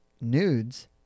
nudes